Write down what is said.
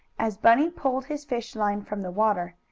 as bunny pulled his fish line from the water,